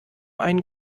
einen